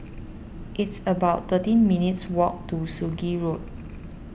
it's about thirteen minutes' walk to Sungei Road